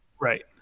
Right